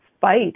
fight